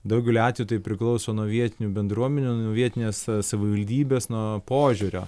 daugeliu atveju tai priklauso nuo vietinių bendruomenių nuo vietinės savivaldybės nuo požiūrio